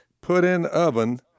Put-In-Oven